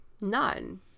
none